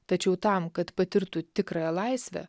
tačiau tam kad patirtų tikrąją laisvę